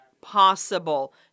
possible